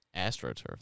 AstroTurf